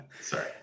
Sorry